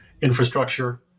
infrastructure